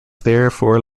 therefore